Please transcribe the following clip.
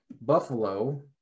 Buffalo